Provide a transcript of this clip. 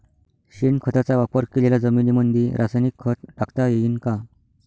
शेणखताचा वापर केलेल्या जमीनीमंदी रासायनिक खत टाकता येईन का?